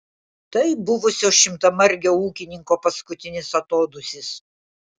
tai buvusio šimtamargio ūkininko paskutinis atodūsis